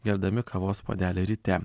gerdami kavos puodelį ryte